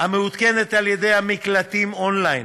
המעודכנת על-ידי המקלטים און-ליין.